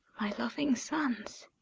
my loving sons,